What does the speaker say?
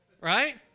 right